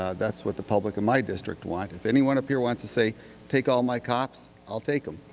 ah that's what the public in my district want. if anyone up here wants to say take all my cops, i'll take them.